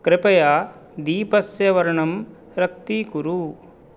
कृपया दीपस्य वर्णं रक्तीकुरु